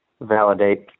validate